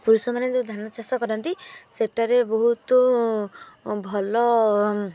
କୃଷକମାନେ ଯେଉଁ ଧାନ ଚାଷ କରନ୍ତି ସେଇଟାରେ ବହୁତ ଭଲ